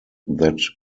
that